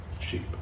sheep